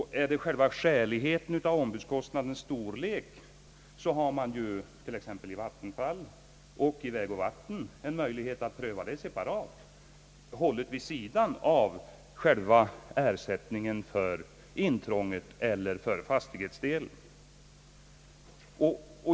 Gäller det själva skäligheten i ombudskostnadens storlek, så har man t.ex. i Vattenfall eller Väg och vatten en möjlighet att pröva frågan separat, vid sidan av själva ersättningen för intrånget eller för fastighetsdelen.